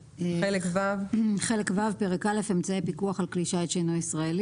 פרק א': אמצעי פיקוח על כלי שיט שאינו ישראלי